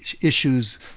issues